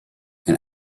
and